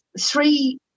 three